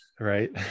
Right